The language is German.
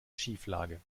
schieflage